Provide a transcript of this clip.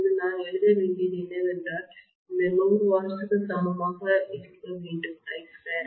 இப்போது நான் எழுத வேண்டியது என்னவென்றால் இந்த 100 வாட்ஸ்க்கு சமமாக இருக்க வேண்டும் I2R